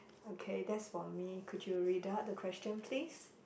okay that's for me could you read out the question please